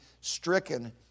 stricken